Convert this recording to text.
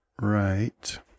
right